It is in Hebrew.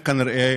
הם כנראה